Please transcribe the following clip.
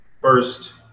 first